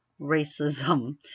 racism